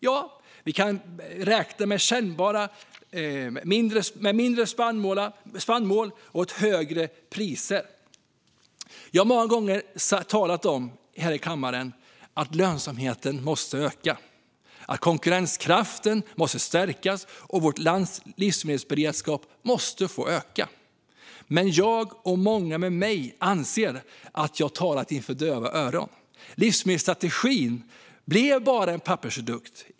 Det kommer att bli kännbart med mindre spannmål och högre priser. Jag har många gånger här i kammaren talat om att lönsamheten måste öka, att konkurrenskraften måste stärkas och att vårt lands livsmedelsberedskap måste få öka. Men jag och många med mig anser att jag talat inför döva öron. Livsmedelsstrategin blev bara en pappersprodukt.